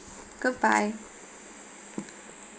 goodbye